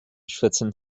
schwitzen